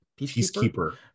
Peacekeeper